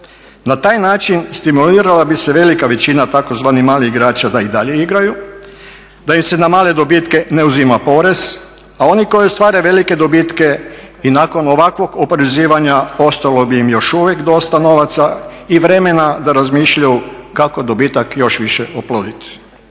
Na taj način stimulirana bi se velika većina tzv. malih igrača da i dalje igraju, da im se na male dobitke ne uzima porez, a oni koji ostvare velike dobitke i nakon ovakvog oporezivanja ostalo bi im još uvijek dosta novaca i vremena da razmišljaju kako dobitak još više oploditi.